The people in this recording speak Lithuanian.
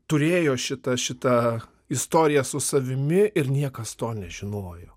turėjo šitą šitą istoriją su savimi ir niekas to nežinojo